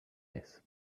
face